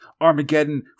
Armageddon